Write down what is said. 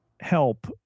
help